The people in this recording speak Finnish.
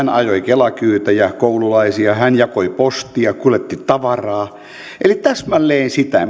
ajoi kela kyytejä koululaisia hän jakoi postia kuljetti tavaraa eli täsmälleen sitä